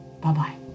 bye-bye